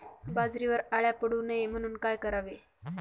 बाजरीवर अळ्या पडू नये म्हणून काय करावे?